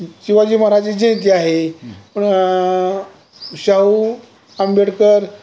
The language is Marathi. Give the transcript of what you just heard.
शिवाजी महाराजाची जयंती आहे शाहू आंबेडकर